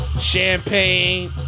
champagne